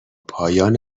پایان